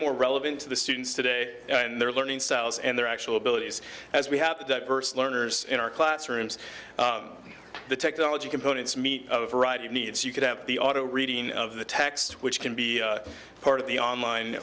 more relevant to the students today and their learning styles and their actual abilities as we have diverse learners in our classrooms the technology components meet a variety of needs you could have the auto reading of the text which can be part of the online